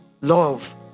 love